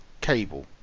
cable